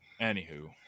Anywho